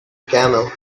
camel